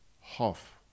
Half